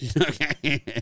Okay